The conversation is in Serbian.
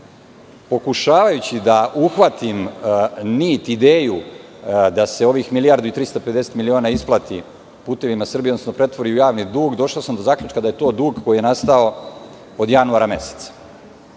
periodu? Pokušavajući da uhvatim nit, ideju da se ovih 1.350.000.000 miliona isplati "Putevima Srbije" odnosno pretvori u javni dug, došao sam do zaključka da je to dug koji je nastao od januara meseca,